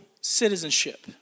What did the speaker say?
citizenship